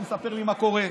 שמספר לי מה קורה.